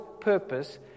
purpose